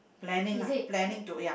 is it